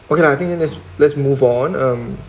okay I think that's let's move on um